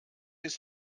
ist